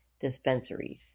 dispensaries